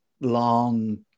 long